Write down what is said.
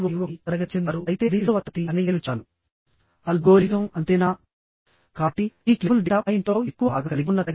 ఇప్పుడు tensile force ని apply చేస్తే ఈ భాగం నేరుగా టెన్షన్ లోకి వెళుతుంది